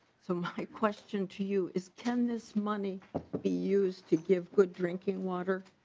so my question to you is can this money be used to give put drinking water.